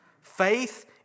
Faith